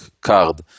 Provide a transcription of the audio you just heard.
card